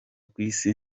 kwisi